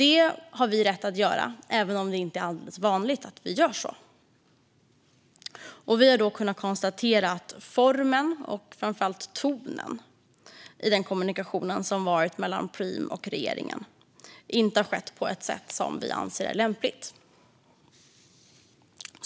Det har vi rätt att göra, även om det är inte är alldeles vanligt att vi gör så. Vi har då kunnat konstatera att vi anser att formen för, och framför allt tonen i, den kommunikation som ägt rum mellan Preem och regeringen inte har varit lämplig.